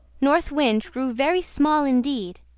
north wind grew very small indeed,